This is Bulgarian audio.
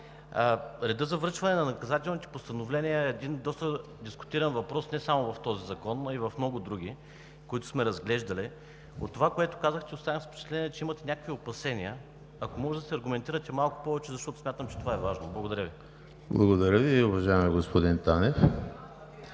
редът за връчване на наказателните постановления е един доста дискутиран въпрос не само в този закон, но и в много други, които сме разглеждали. От това, което казахте, останах с впечатлението, че имате някакви опасения – ако може да се аргументирате малко повече, защото смятам, че това е важно. Благодаря Ви. ПРЕДСЕДАТЕЛ ЕМИЛ ХРИСТОВ: Благодаря Ви, уважаеми господин Танев.